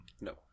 No